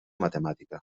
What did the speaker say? matemàtica